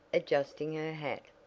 adjusting her hat.